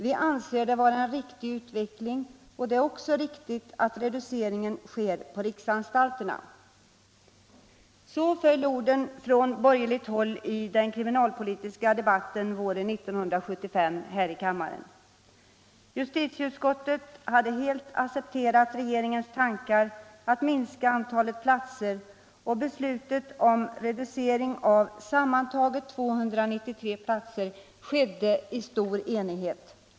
Vi anser det vara en riktig utveckling, och det är också riktigt att reduceringen sker på riksanstalterna.” Så föll orden från borgerligt håll i den kriminalpolitiska debatten på våren 1975 här i kammaren. Justitieutskottet hade helt accepterat regeringens tankar att minska antalet platser, och beslutet om en reducering med sammantaget 293 platser fattades i stor enighet.